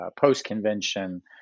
post-convention